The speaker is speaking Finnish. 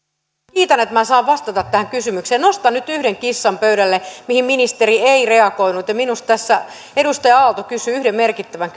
kiitän että minä saan vastata tähän kysymykseen nostan nyt yhden kissan pöydälle mihin ministeri ei reagoinut ja minusta tässä edustaja aalto kysyi yhden merkittävän